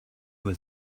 was